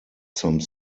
some